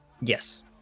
Yes